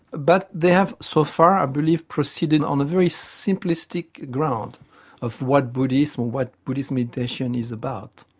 but they have so far, i believe, proceeded on a very simplistic ground of what buddhism, what buddhist meditation is about.